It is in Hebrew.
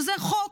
שזה חוק,